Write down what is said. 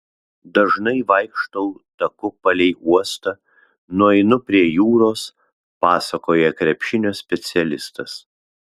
dažnai vaikštau taku palei uostą nueinu prie jūros pasakoja krepšinio specialistas